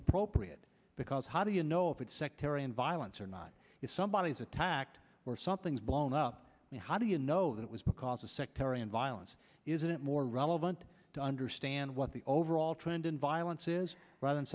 appropriate because how do you know if it's sectarian violence or not if somebody is attacked or something's blown up me how do you know that it was because of sectarian violence is it more relevant to understand what the overall trend in violence is rather than